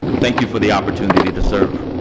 thank you for the opportunity to serve.